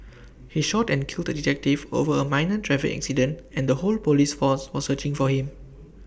he shot and killed the detective over A minor traffic accident and the whole Police force was searching for him